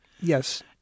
Yes